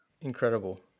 Incredible